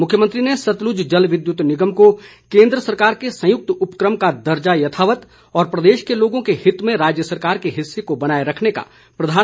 मुख्यमंत्री सतलुज जल विद्युत निगम को केन्द्र सरकार के संयुक्त उपक्रम का दर्जा यथावत और प्रदेश के लोगों के हित में राज्य सरकार के हिस्से को बनाए रखने का प्रधानमंत्री से आग्रह किया